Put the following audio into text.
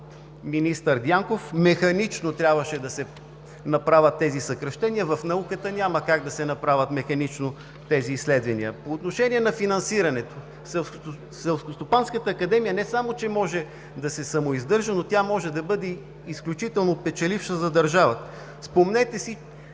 министър Дянков, тогава механично трябваше да се направят тези съкращения. В науката няма как да се направят механично тези неща. По отношение на финансирането, Селскостопанската академия не само че може да се самоиздържа, но тя може да бъде и изключително печеливша за държавата. Спомнете си,